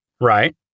Right